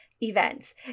events